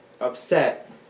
Upset